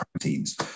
proteins